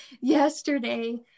yesterday